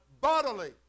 bodily